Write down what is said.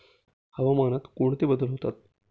हवामानात कोणते बदल होतात?